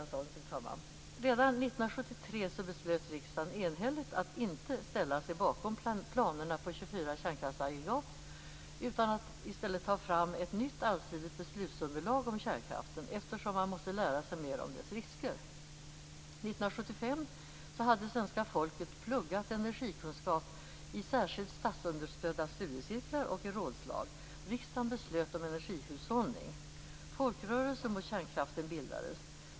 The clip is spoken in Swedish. Redan 1973 beslöt riksdagen enhälligt att inte ställa sig bakom planerna på 24 kärnkraftverksaggregat utan att i stället ta fram ett nytt allsidigt beslutsunderlag om kärnkraften, eftersom man måste lära sig mer om dess risker. År 1975 hade svenska folket pluggat energikunskap i särskilt statsunderstödda studiecirklar och i rådslag. Riksdagen beslöt om energihushållning. Folkrörelser mot kärnkraften bildades.